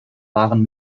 waren